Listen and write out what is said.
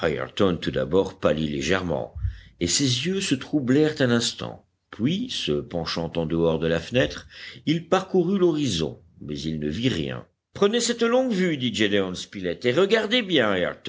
tout d'abord pâlit légèrement et ses yeux se troublèrent un instant puis se penchant en dehors de la fenêtre il parcourut l'horizon mais il ne vit rien prenez cette longue-vue dit gédéon spilett et regardez bien